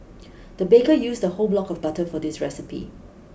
the baker used a whole block of butter for this recipe